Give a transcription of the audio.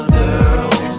girl